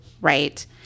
right